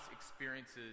experiences